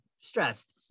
stressed